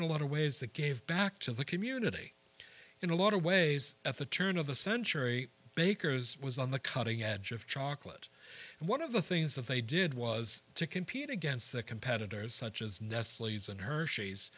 in a lot of ways that gave back to the community in a lot of ways at the turn of the century bakers was on the cutting edge of chocolate and one of the things that they did was to compete against the competitors such as nestle's and hershey's